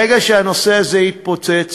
ברגע שהנושא הזה יתפוצץ,